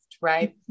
Right